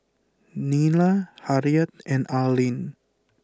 Nila Harriet and Arlin